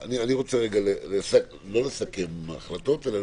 אני רוצה לסכם את העניין.